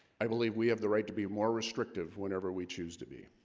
i? believe we have the right to be more restrictive whenever we choose to be